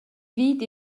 vid